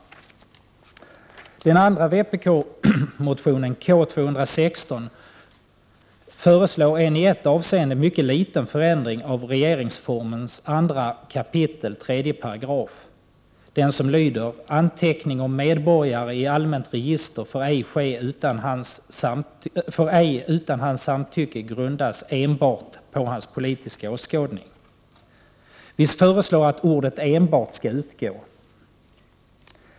I den andra vpk-motionen, K216, föreslås en i ett avseende mycket liten förändring av 2 kap. 3 § regeringsformen, som lyder: ”Anteckning om medborgare i allmänt register får ej utan hans samtycke grundas enbart på hans politiska åskådning.” Vi föreslår att ordet ”enbart” skall utgå.